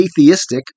atheistic